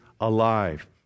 alive